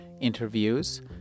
interviews